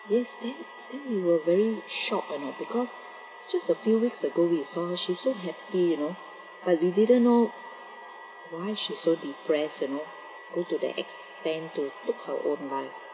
yes then then we were very shocked a not because just a few weeks ago we saw her she's so happy you know but we didn't know why she's so depressed you know go to the extend to took her own life